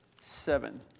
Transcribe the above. seven